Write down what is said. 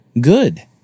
Good